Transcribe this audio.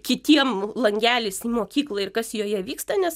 kitiem langeliais mokykla ir kas joje vyksta nes